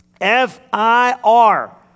F-I-R